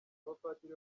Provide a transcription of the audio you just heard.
abapadiri